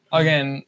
again